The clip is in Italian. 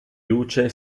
luce